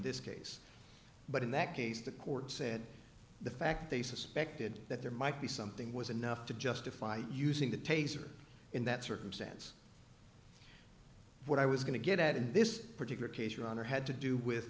this case but in that case the court said the fact they suspected that there might be something was enough to justify using the taser in that circumstance what i was going to get at in this particular case your honor had to do with